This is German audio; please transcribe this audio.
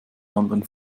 anderen